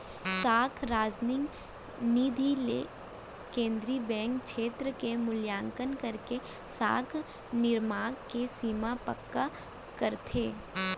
साख रासनिंग बिधि ले केंद्रीय बेंक छेत्र के मुल्याकंन करके साख निरमान के सीमा पक्का करथे